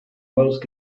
most